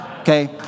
Okay